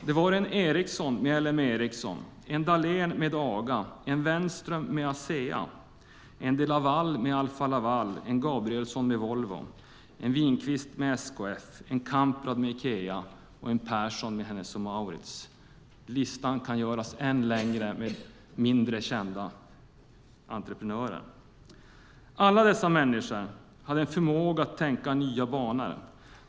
Det var en Ericsson med LM Ericsson, en Dahlén med Aga, en Wenström med Asea, en de Laval med Alfa Laval, en Gabrielsson med Volvo, en Wingqvist med SKF, en Kamprad med Ikea och en Persson med Hennes & Mauritz. Med mindre kända entreprenörer kan listan göras ännu längre. Alla dessa människor hade förmågan att tänka i nya banor.